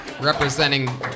representing